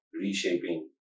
reshaping